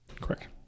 Correct